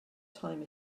time